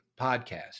podcast